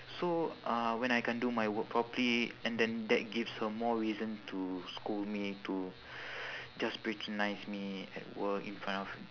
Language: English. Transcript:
so uh when I can't do my work properly and then that gives her more reason to scold me to just patronise me at work in front of